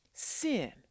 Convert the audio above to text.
sin